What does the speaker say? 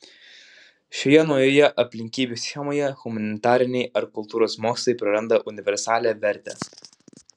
šioje naujoje aplinkybių schemoje humanitariniai ar kultūros mokslai praranda universalią vertę